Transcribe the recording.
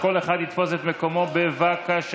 שכל אחד יתפוס את מקומו בבקשה.